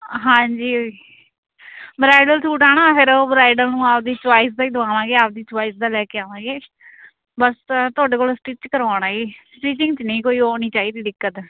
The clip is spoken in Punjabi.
ਹਾਂਜੀ ਬਰਾਈਡਲ ਸੂਟ ਆ ਨਾ ਫਿਰ ਉਹ ਬਰਾਈਡਲ ਨੂੰ ਆਪਣੀ ਚੋਇਸ ਦਾ ਹੀ ਦਵਾਵਾਂਗੇ ਆਪਣੀ ਚੋਇਸ ਦਾ ਲੈ ਕੇ ਆਵਾਂਗੇ ਬਸ ਤੁਹਾਡੇ ਕੋਲ ਸਟਿਚ ਕਰਵਾਉਣਾ ਜੀ ਸਟਿਚਿੰਗ 'ਚ ਨਹੀਂ ਕੋਈ ਉਹ ਨਹੀਂ ਚਾਹੀਦੀ ਦਿੱਕਤ